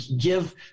give